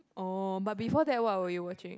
oh but before that what were you watching